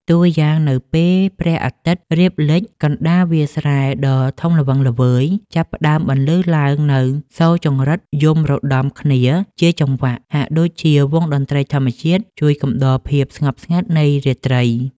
តួយ៉ាង នៅពេលព្រះអាទិត្យរៀបលិច កណ្ដាលវាលស្រែដ៏ធំល្វឹងល្វើយ ចាប់ផ្ដើមបន្លឺឡើងនូវសូរចង្រិតយំរដំគ្នាជាចង្វាក់ ហាក់ដូចជាវង់តន្ត្រីធម្មជាតិជួយកំដរភាពស្ងប់ស្ងាត់នៃរាត្រី។